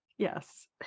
yes